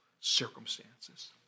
circumstances